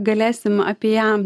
galėsim apie ją